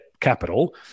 capital